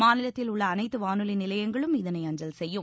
மாநிலத்தில் உள்ள அனைத்து வானொலி நிலையங்களும் இதனை அஞ்சல் செய்யும்